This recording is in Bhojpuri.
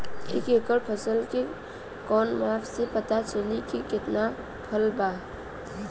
एक एकड़ फसल के कवन माप से पता चली की कितना फल बा?